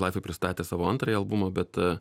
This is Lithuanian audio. latviai pristatę savo antrąjį albumą bet